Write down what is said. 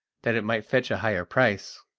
that it might fetch a higher price.